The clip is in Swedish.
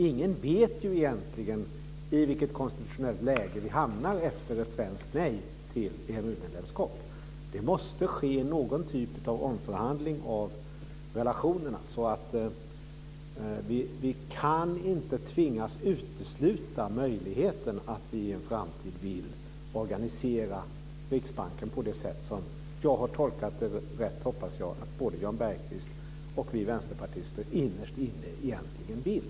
Ingen vet ju egentligen i vilket konstitutionellt läge vi hamnar efter ett svenskt nej till ett EMU-medlemskap. Det måste ske någon typ av omförhandling av relationerna. Vi kan inte tvingas utesluta möjligheten att vi i en framtid vill organisera Riksbanken på det sätt som - jag hoppas att jag har tolkat det rätt - både Jan Bergqvist och vi vänsterpartister innerst inne egentligen vill.